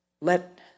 Let